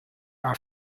are